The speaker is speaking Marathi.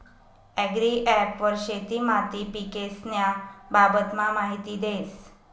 ॲग्रीॲप वर शेती माती पीकेस्न्या बाबतमा माहिती देस